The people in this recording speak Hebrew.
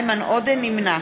נמנע